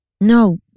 No